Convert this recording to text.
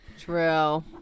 True